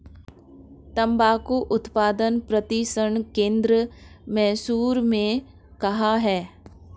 तंबाकू उत्पादन प्रशिक्षण केंद्र मैसूर में कहाँ है?